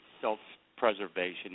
self-preservation